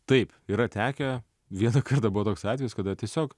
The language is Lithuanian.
taip yra tekę vieną kartą buvo toks atvejis kada tiesiog